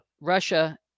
Russia